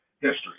history